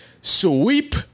sweep